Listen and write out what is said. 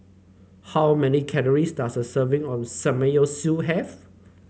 how many calories does a serving of Samgeyopsal have